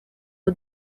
uwo